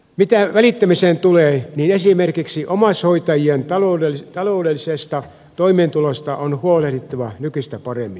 mitä välittämiseen tulee niin esimerkiksi omaishoitajien taloudellisesta toimeentulosta on huolehdittava nykyistä paremmin